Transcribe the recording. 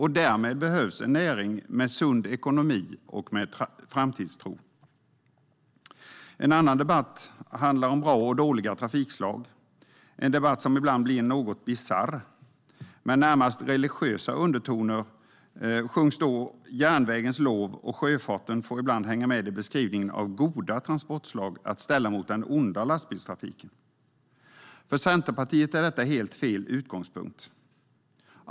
Därmed behövs en näring med sund ekonomi och med framtidstro. Ett annat område för debatt handlar om bra och dåliga transportslag. Det är en debatt som ibland blir något bisarr. Med närmast religiösa undertoner sjungs då järnvägens lov, och sjöfarten får ibland hänga med i beskrivningen av goda transportslag att ställa mot den onda lastbilstrafiken. För Centerpartiet är detta helt fel utgångspunkt.